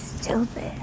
stupid